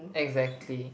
exactly